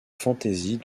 fantasy